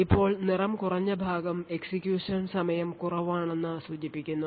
ഇപ്പോൾ നിറം കുറഞ്ഞ ഭാഗം എക്സിക്യൂഷൻ സമയം കുറവാണെന്ന് സൂചിപ്പിക്കുന്നു